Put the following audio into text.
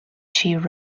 she